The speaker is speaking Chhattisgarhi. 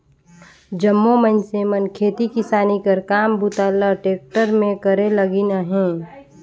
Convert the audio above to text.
जम्मो मइनसे मन खेती किसानी कर काम बूता ल टेक्टर मे करे लगिन अहे